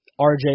RJ